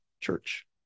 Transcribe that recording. church